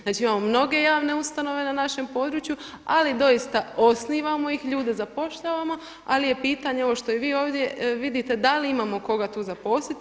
Znači, imamo mnoge javne ustanove na našem području, ali doista osnivamo ih, ljude zapošljavamo, ali je pitanje što i vi ovdje vidite da li imamo koga tu zaposliti.